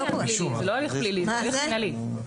זה לא הליך פלילי, זה הליך מינהלי.